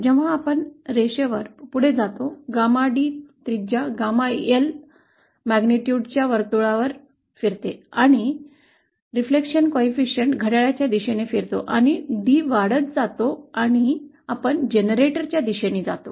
जेव्हा आपण रेषेसह पुढे जातो ℾd त्रिज्या ℾL परिमाण च्या वर्तुळासह फिरते आणि परावर्तन गुणांक घड्याळाच्या दिशेने फिरतो आणि D वाढत जातो आणि आपण जनरेटरच्या दिशेने जातो